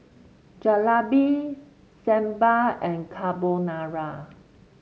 Jalebi Sambar and Carbonara